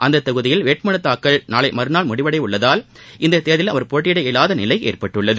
அந்தத் தொகுதியில் வேட்புமனுத் தாக்கல் நாளை மறுநாள் முடிவடைய உள்ளதால் இந்தத் தேர்தலில் அவர் போட்டியிட இயலாத நிலை ஏற்பட்டுள்ளது